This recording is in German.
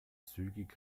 zügig